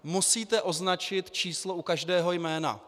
Musíte označit číslo u každého jména.